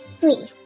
Three